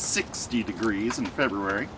sixty degrees in february